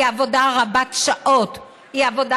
היא עבודה רבת שעות, היא עבודה